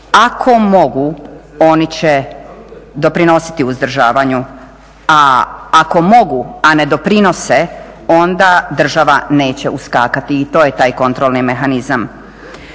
ako mogu oni će doprinositi uzdržavanju, a ako mogu, a ne doprinose, onda država neće uskakati i to je taj kontrolni mehanizam.